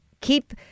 keep